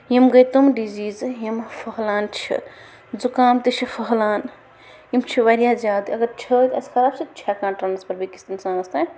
یِم گٔے تِم ڈِزیٖزٕ یِم پھہلان چھِ زُکام تہِ چھِ پھہلان یِم چھِ واریاہ زیادٕ اَگر چھٲتۍ آسہِ خراب سُہ تہِ چھِ ہٮ۪کان ٹرٛانَسفَر بیٚکِس اِنسانَس تام